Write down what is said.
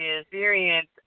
experience